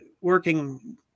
working